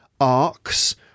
arcs